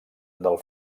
del